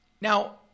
Now